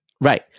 Right